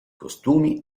costumi